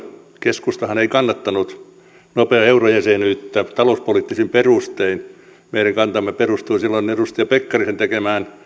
keskustahan ei kannattanut nopeaa eurojäsenyyttä talouspoliittisin perustein meidän kantamme perustui silloin edustaja pekkarisen tekemään